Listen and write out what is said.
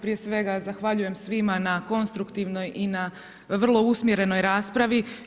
Prije svega zahvaljujem svima na konstruktivnoj i na vrlo usmjerenoj raspravi.